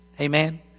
Amen